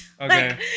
okay